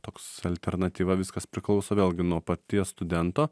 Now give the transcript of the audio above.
toks alternatyva viskas priklauso vėlgi nuo paties studento